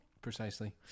Precisely